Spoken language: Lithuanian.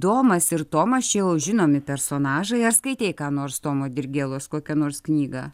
domas ir tomas čia jau žinomi personažai ar skaitei ką nors tomo dirgėlos kokią nors knygą